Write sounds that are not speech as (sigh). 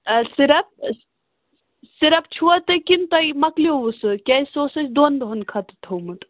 (unintelligible) syrup چھُو تۄہہِ کِنہٕ تۄہہِ مَکلیو سُہ کیٛازِ سُہ اوس اَسہِ دۄہ دۄہَن خٲطرٕ تھومُت